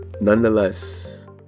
Nonetheless